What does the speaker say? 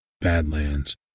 Badlands